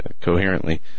coherently